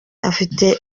afite